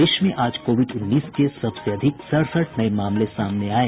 प्रदेश में आज कोविड उन्नीस के सबसे अधिक सड़सठ नये मामले सामने आये